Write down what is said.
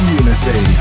unity